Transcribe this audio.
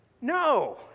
No